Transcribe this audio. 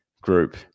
group